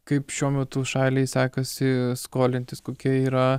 kaip šiuo metu šaliai sekasi skolintis kokia yra